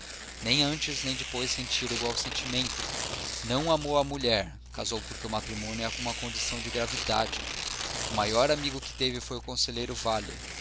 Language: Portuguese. nem antes nem depois sentira igual sentimento não amou a mulher casou porque o matrimônio é uma condição de gravidade o maior amigo que teve foi o conselheiro vale